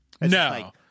No